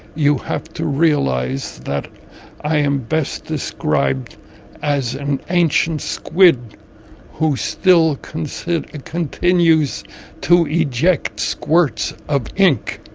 you have to realize that i am best described as an ancient squid who still can sit and continues to eject squirts of ink.